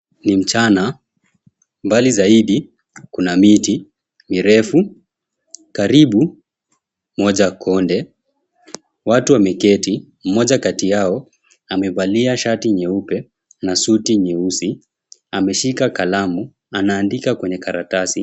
Ni mchana, mbali zaidi kuna miti mirefu karibu moja konde watu wameketi mmoja kati yao amevalia shati nyeupe na suti nyeusi, ameshika kalamu na anaandika kwenye karatasi.